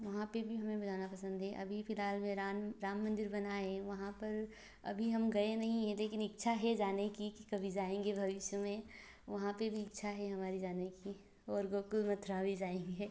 वहाँ पर भी हमें में जाना पसंद है अभी फिलहाल मैं राम राम मंदिर बना है वहाँ पर अभी हम गए नहीं हैं लेकिन इच्छा है जाने कि कि कभी जाएंगे भविष्य में वहाँ पर भी इच्छा है हमारे जाने कि और गोकुल मथुरा भी जाएंगे